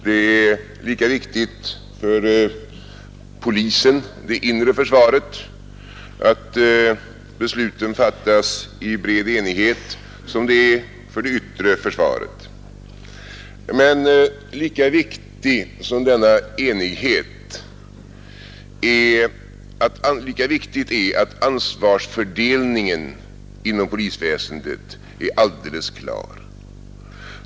Det är lika viktigt för polisen — det inre försvaret — att besluten fattas i bred enighet som det är för det yttre försvaret. Men lika viktig som denna enighet är, lika viktigt är att ansvarsfördelningen inom polisväsendet är alldeles klar.